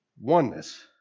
Oneness